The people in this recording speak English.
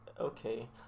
Okay